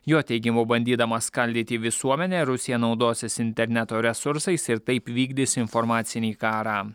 jo teigimu bandydama skaldyti visuomenę rusija naudosis interneto resursais ir taip vykdys informacinį karą